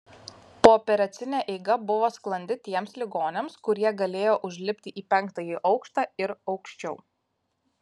pooperacinė eiga buvo sklandi tiems ligoniams kurie galėjo užlipti į penktąjį aukštą ir aukščiau